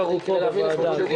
מחר הוא פה, בוועדה.